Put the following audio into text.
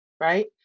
Right